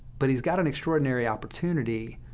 but he's got an extraordinary opportunity,